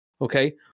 Okay